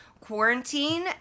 quarantine